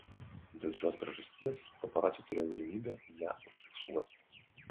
dėl šios priežasties paparaciai turėjo galimybę ją užfiksuoti